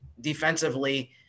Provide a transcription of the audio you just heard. defensively